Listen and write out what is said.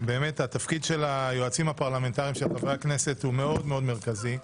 התפקיד של היועצים הפרלמנטריים של חברי הכנסת הוא מאוד מאוד מרכזי,